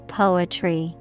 poetry